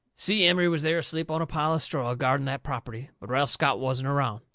si emery was there asleep on a pile of straw guarding that property. but ralph scott wasn't around.